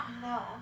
No